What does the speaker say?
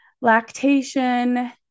lactation